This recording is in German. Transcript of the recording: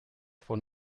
von